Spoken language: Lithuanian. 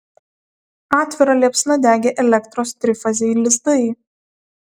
atvira liepsna degė elektros trifaziai lizdai